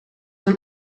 zijn